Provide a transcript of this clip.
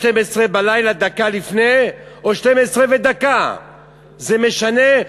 לפני 24:00, דקה לפני, או 00:01. זה משנה.